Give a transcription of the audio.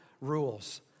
rules